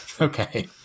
Okay